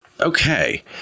Okay